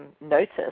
notice